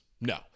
No